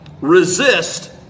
Resist